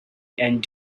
and